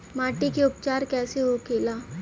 माटी के उपचार कैसे होखे ला?